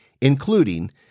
including